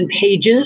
pages